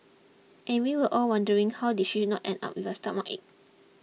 and we were all wondering how did she not end up with a stomachache